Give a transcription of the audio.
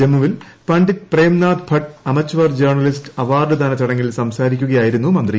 ജമ്മുവിൽ Pandit Premnath Bhat amateur journalist അവാർഡ്ദാന ചടങ്ങിൽ സംസാരിക്കുകയായിരുന്നു മന്ത്രി